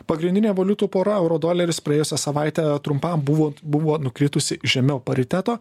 pagrindinė valiutų pora euro doleris praėjusią savaitę trumpam buvo buvo nukritusi žemiau pariteto